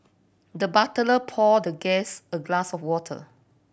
the butler poured the guest a glass of water